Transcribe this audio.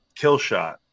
Killshot